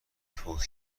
فوت